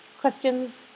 questions